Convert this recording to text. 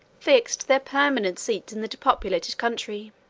fixed their permanent seats in the depopulated country.